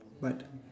but